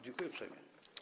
Dziękuję uprzejmie.